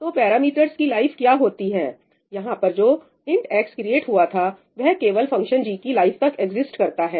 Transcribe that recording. तो पैरामीटर्स की लाइफ क्या होती है यहां पर जो int x क्रिएट हुआ था वह केवल फंक्शन g की लाइफ तक एग्जिसट करता है